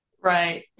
right